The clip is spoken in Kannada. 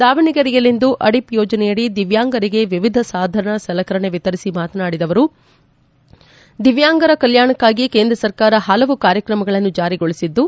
ದಾವಣಗೆರೆಯಲ್ಲಿಂದು ಅಡಿಪ್ ಯೋಜನೆಯಡಿ ದಿವ್ಯಾಂಗರಿಗೆ ವಿವಿಧ ಸಾಧನ ಸಲಕರಣೆ ವಿತರಿಸಿ ಮಾತನಾಡಿದ ಅವರು ದಿವ್ಯಾಂಗರ ಕಲ್ಯಾಣಕಾಗಿ ಕೇಂದ್ರ ಸರ್ಕಾರ ಪಲವು ಕಾರ್ಯಕಮಗಳನ್ನು ಜಾರಿಗೊಳಿಸಿದ್ದು